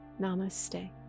Namaste